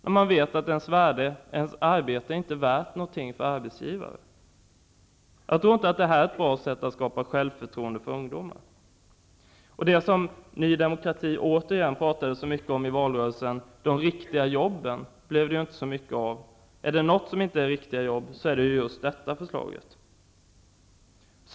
De vet att deras arbete inte är värt något för arbetsgivaren. Jag tror inte att det är ett bra sätt att skapa självförtroende hos ungdomar. En annan sak som Ny demokrati pratade mycket om i valrörelsen blev det inte mycket av, nämligen de riktiga jobben. Är det något som inte ger riktiga jobb, är det detta förslag.